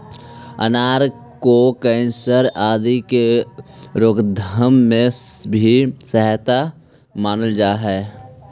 अनार को कैंसर आदि के रोकथाम में भी सहायक मानल जा हई